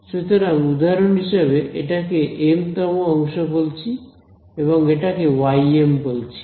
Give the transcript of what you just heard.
সুতরাং উদাহরণ হিসেবে এটাকে এম তম অংশ বলছি এবং এটাকে ym বলছি